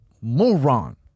Moron